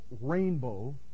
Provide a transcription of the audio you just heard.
rainbow